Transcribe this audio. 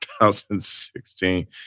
2016